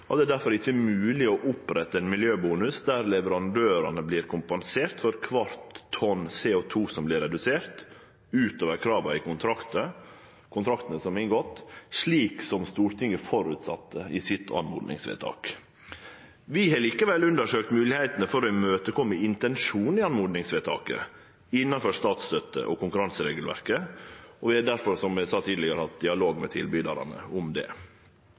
ikkje er mogleg å opprette ein miljøbonus der leverandørane vert kompenserte for kvart tonn CO 2 som vert redusert utover krava i kontraktane som er inngått, slik Stortinget sette som føresetnad i sitt oppmodingsvedtak. Vi har likevel undersøkt moglegheitene for å imøtekome intensjonen i oppmodingsvedtaket innanfor statsstøtte- og konkurranseregelverket, og vi har difor, som eg sa tidlegare, hatt dialog med tilbydarane om det.